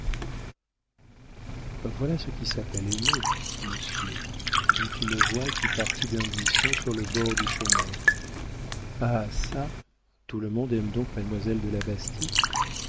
voilà ce qui s'appelle aimer monsieur dit une voix qui partit d'un buisson sur le bord du chemin ah çà tout le monde aime donc mademoiselle de la bastie